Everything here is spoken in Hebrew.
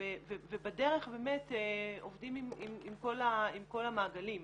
ובדרך באמת עובדים עם כל המעגלים,